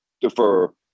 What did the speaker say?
defer